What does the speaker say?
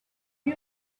you